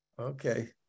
Okay